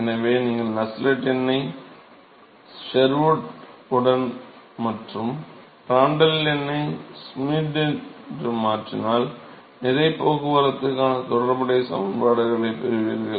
எனவே நீங்கள் நஸ்ஸெல்ட் எண்ணை ஷெர்வுட் உடன் மற்றும்பிராண்ட்ட்ல் ஐ ஷ்மிட் உடன் மாற்றினால் நிறை போக்குவரத்துக்கான தொடர்புடைய சமன்பாடுகளைப் பெறுவீர்கள்